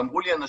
ואמרו לי אנשים,